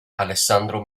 alessandro